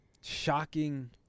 shocking